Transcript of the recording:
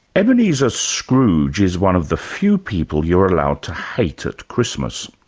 ebenezer scrooge is one of the few people you're allowed to hate at christmas,